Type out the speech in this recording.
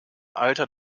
alter